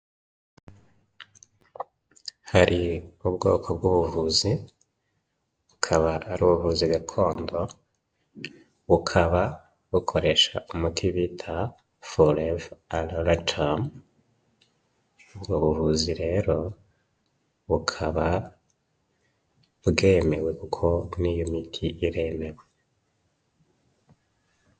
Hari ubwoko bw'ubuvuzi, bukaba ari ubuvuzi gakondo, bukaba bukoresha umuti bita ''foreva aroracamu'', ubwo buvuzi rero bukaba bwemewe kuko n'iyo miti iremewe.